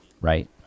right